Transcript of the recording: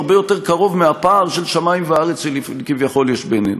הרבה מאוד מהפער של שמים וארץ שכביכול יש בינינו.